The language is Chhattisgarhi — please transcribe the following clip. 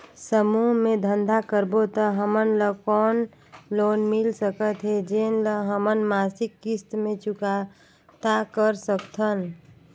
समूह मे धंधा करबो त हमन ल कौन लोन मिल सकत हे, जेन ल हमन मासिक किस्त मे चुकता कर सकथन?